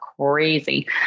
crazy